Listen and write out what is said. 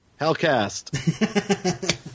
Hellcast